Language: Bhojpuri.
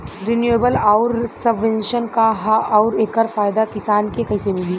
रिन्यूएबल आउर सबवेन्शन का ह आउर एकर फायदा किसान के कइसे मिली?